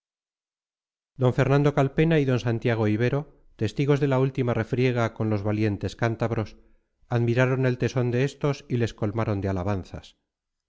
d fernando calpena y d santiago ibero testigos de la última refriega con los valientes cántabros admiraron el tesón de estos y les colmaron de alabanzas